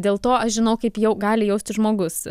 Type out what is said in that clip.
dėl to aš žinau kaip jau gali jaustis žmogus